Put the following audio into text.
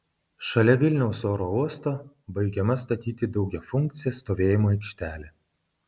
šalia vilniaus oro uosto baigiama statyti daugiafunkcė stovėjimo aikštelė